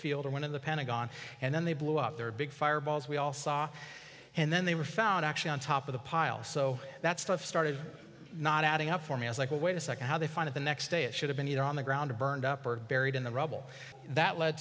field or one in the pentagon and then they blew up their big fireball as we all saw and then they were found actually on top of the pile so that stuff started not adding up for me is like wait a second how they found the next day it should have been either on the ground or burned up or buried in the rubble that led